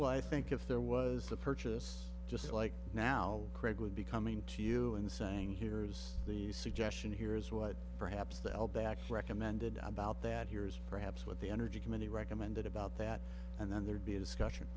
why i think if there was a purchase just like now craig would be coming to you and saying here's the suggestion here is what perhaps the i'll back recommended about that here is perhaps what the energy committee recommended about that and then there'd be a discussion